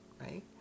right